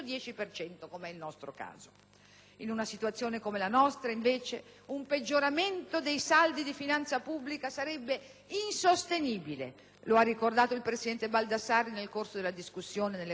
In una situazione come la nostra un peggioramento dei saldi di finanza pubblica sarebbe insostenibile, come ha ricordato il presidente Baldassarri nel corso della discussione nelle Commissioni riunite in sede referente.